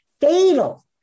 fatal